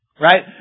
Right